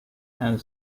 and